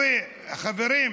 חברים,